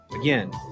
Again